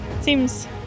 Seems